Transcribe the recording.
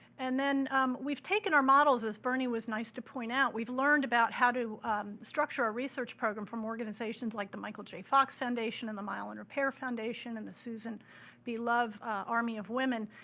and then we've taken our models, as bernie was nice to point out, we've learned about how to structure our research program from organizations like the michael j. fox foundation and the mile and repair foundation and the susan b. love army of women,